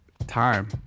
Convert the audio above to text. time